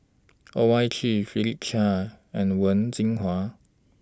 Owyang Chi Philip Chia and Wen Jinhua